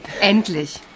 Endlich